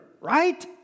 Right